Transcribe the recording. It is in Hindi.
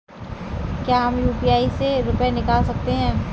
क्या हम यू.पी.आई से रुपये निकाल सकते हैं?